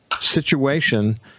situation